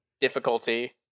difficulty